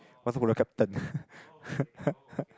water polo captain